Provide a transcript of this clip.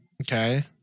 Okay